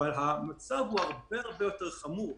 אבל המצב הוא הרבה הרבה יותר חמור.